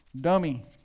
dummy